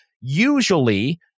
usually